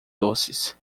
doces